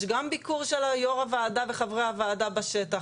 יש גם ביקור של יו"ר הוועדה וחברי הוועדה בשטח.